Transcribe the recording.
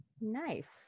Nice